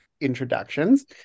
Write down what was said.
introductions